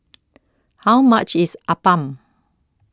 How much IS Appam